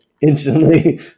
instantly